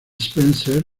spencer